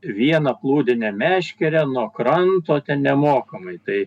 viena plūdine meškere nuo kranto ten nemokamai tai